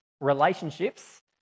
relationships